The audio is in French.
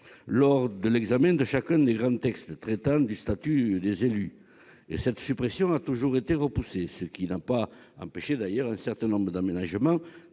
lors de l'examen de chacun des grands textes traitant du statut des élus. Une telle suppression a toujours été repoussée, ce qui n'a pas empêché un certain nombre d'aménagements,